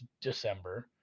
December –